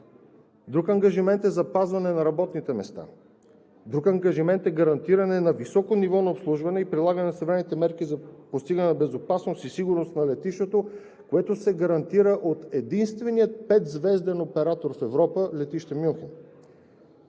Друг ангажимент е запазването на работните места. Друг ангажимент е гарантиране на високо ниво на обслужване и прилагане на съвременните мерки за постигане на безопасност и сигурност на летището, което се гарантира от единственият петзвезден оператор в Европа – летище Мюнхен.